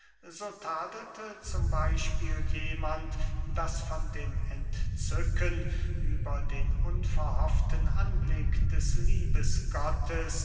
so tadelte z b jemand daß von dem entzücken über den unverhofften anblick des